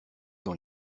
dans